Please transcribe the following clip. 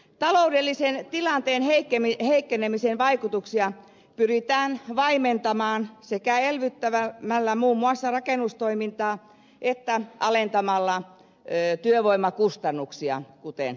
taloudellisen tilanteen heikkenemisen vaikutuksia pyritään vaimentamaan sekä elvyttämällä muun muassa rakennustoimintaa että alentamalla työvoimakustannuksia kuten kerroin